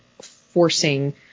forcing